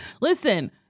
listen